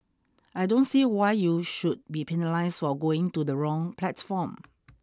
I don't see why you should be penalised for going to the wrong platform